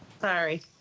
Sorry